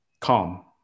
calm